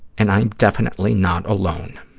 and i am definitely not alone.